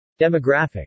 Demographics